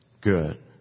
good